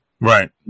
right